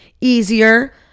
easier